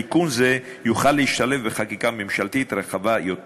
תיקון זה יוכל להשתלב בחקיקה ממשלתית רחבה יותר.